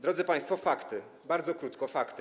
Drodzy państwo, fakty, bardzo krótko, fakty.